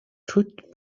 чуть